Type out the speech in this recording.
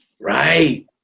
Right